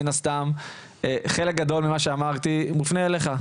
מן הסתם חלק גדול ממה שאמרתי מופנה אלייך.